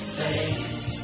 face